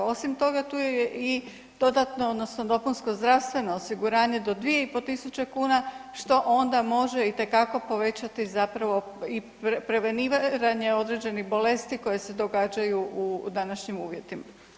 Osim toga, tu je i dodatno, odnosno dopunsko zdravstveno osiguranje do 2,5 tisuće kuna, što onda može itekako povećavati zapravo i preveniranje određenih bolesti koje se događaju u današnjim uvjetima.